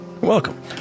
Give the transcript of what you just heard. welcome